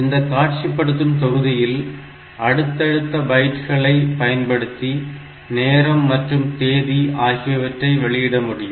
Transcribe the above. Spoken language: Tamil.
இந்த காட்சிப்படுத்தும் தொகுதியில் அடுத்தடுத்த பைட்களை பயன்படுத்தி நேரம் மற்றும் தேதி ஆகியவற்றை வெளியிட வேண்டும்